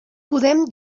podem